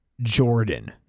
Jordan